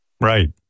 Right